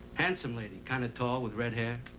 handsome lady. kind of tall with red hair.